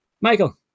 michael